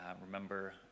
remember